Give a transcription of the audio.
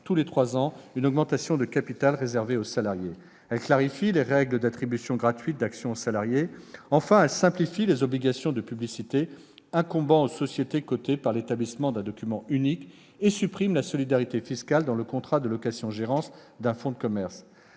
générale une augmentation de capital réservée aux salariés. Elles clarifient en outre les règles d'attribution gratuite d'actions aux salariés. Enfin, elles simplifient les obligations de publicité incombant aux sociétés cotées par l'établissement d'un document unique et suppriment la solidarité fiscale dans le contrat de location-gérance d'un fonds de commerce.